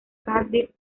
cardiff